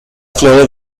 flores